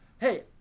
hey